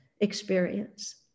experience